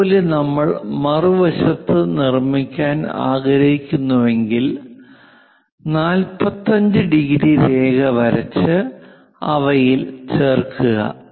അതുപോലെ നമ്മൾ മറുവശത്ത് നിർമ്മിക്കാൻ ആഗ്രഹിക്കുന്നുവെങ്കിൽ 45° രേഖ വരച്ച് അവയിൽ ചേർക്കുക